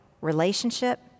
relationship